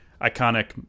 iconic